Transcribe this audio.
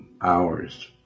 hours